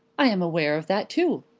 i am aware of that too.